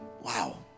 Wow